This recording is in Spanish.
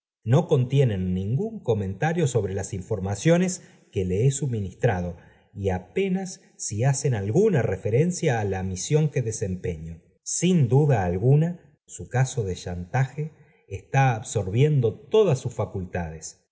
no contienen ningún comentario sobre las informaciones que le he su i ministrado y apenas si hacen alguna referencia á y la misión que desempeño sin duda alguna su ca i so de ckantage está absorbiendo todas sus facultades